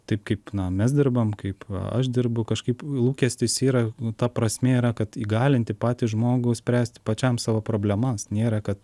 taip kaip na mes dirbam kaip aš dirbu kažkaip lūkestis yra ta prasmė yra kad įgalinti patį žmogų spręsti pačiam savo problemas nėra kad